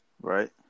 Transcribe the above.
right